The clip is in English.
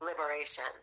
liberation